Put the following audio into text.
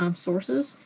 um sources,